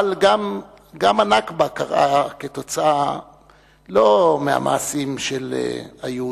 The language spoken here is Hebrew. אבל גם ה"נכבה" קרתה לא כתוצאה מהמעשים של היהודים,